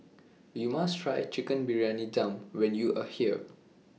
YOU must Try Chicken Briyani Dum when YOU Are here